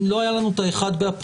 אם לא היה לנו את ה-1 באפריל,